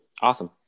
Awesome